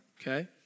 okay